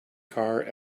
car